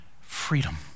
freedom